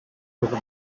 over